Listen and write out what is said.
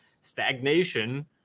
stagnation